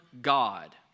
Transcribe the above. God